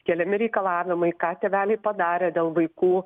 keliami reikalavimai ką tėveliai padarė dėl vaikų